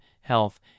health